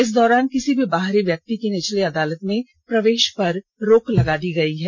इस दौरान किसी भी बाहरी व्यक्ति के नीचली अदालतों में प्रवेष पर रोक लगा दी गई है